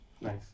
Nice